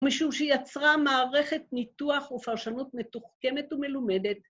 ‫משום שיצרה מערכת ניתוח ‫ופרשנות מתוחכמת ומלומדת.